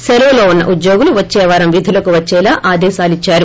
సెలవులో ఉన్న ఉద్యోగులు వచ్చేవారం విధులకు వచ్చేలా ఆదేశాలిచ్చారు